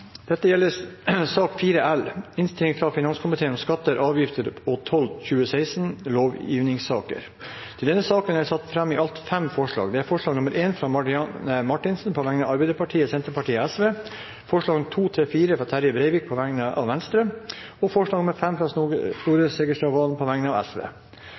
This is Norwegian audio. Dette gjelder Innst. 4 L for 2015–2016, innstilling fra finanskomiteen om skatter, avgifter og toll 2016 – lovgivningssaker. Under debatten er det satt fram i alt fem forslag. Det er forslag nr. 1, fra Marianne Marthinsen på vegne av Arbeiderpartiet, Senterpartiet og Sosialistisk Venstreparti forslagene nr. 2–4, fra Terje Breivik på vegne av Venstre forslag nr. 5, fra Snorre Serigstad Valen på vegne av